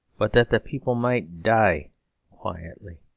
but that the people might die quietly.